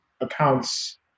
accounts